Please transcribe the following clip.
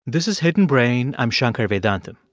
this is hidden brain. i'm shankar vedantam.